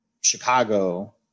Chicago